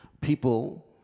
people